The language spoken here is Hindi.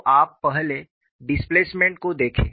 तो आप पहले डिस्प्लेसमेंट को देखें